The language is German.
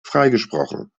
freigesprochen